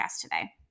today